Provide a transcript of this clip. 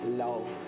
love